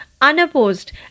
unopposed